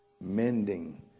mending